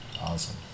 Awesome